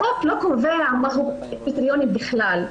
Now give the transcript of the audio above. החוק לא קובע מהם הקריטריונים בכלל.